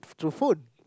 through phone